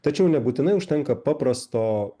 tačiau nebūtinai užtenka paprasto